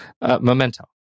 Memento